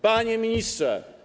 Panie Ministrze!